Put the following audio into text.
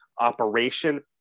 operation